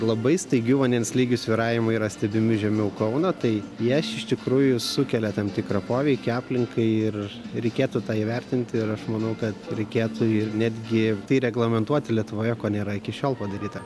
labai staigių vandens lygių svyravimai yra stebimi žemiau kauno tai jie iš iš tikrųjų sukelia tam tikrą poveikį aplinkai ir reikėtų tą įvertinti ir aš manau kad reikėtų ir netgi tai reglamentuoti lietuvoje ko nėra iki šiol padaryta